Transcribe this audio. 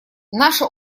наше